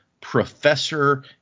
Professor